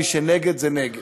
מי שנגד, זה נגד.